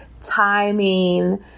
timing